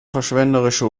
verschwenderische